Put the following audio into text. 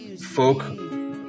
Folk